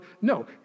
No